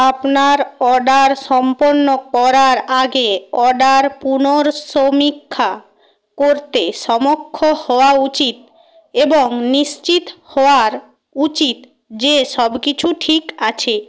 আপনার অর্ডার সম্পন্ন করার আগে অর্ডার পুনর্সমীক্ষা করতে সমক্ষ হওয়া উচিত এবং নিশ্চিত হওয়ার উচিত যে সব কিছু ঠিক আছে